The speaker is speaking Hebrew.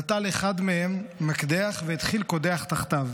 "נטל אחד מהם מקדח והתחיל קודח תחתיו.